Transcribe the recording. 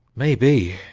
maybe.